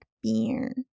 beer